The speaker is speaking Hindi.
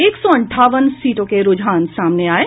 एक सौ अंठानवे सीटों के रूझान सामने आये